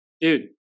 Dude